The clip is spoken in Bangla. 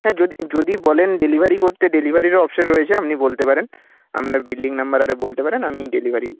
হ্যাঁ যদি বলেন ডেলিভারি করতে ডেলিভারিরও অপশন রয়েছে আপনি বলতে পারেন আপনার বিল্ডিং নাম্বার আরে বলতে পারেন আমি ডেলিভারি